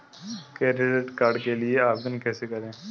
Credit card के लिए आवेदन कैसे करें?